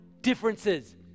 differences